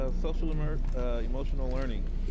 ah social-emotional social-emotional learning.